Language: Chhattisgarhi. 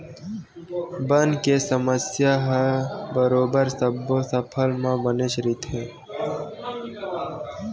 बन के समस्या ह बरोबर सब्बो फसल म बनेच रहिथे